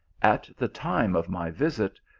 at the time of my visit,